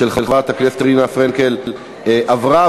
התשע"ג 2013,